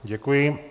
Děkuji.